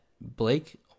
Blake